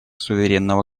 суверенного